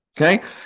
Okay